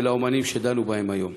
ולאמנים שדנו בהם היום.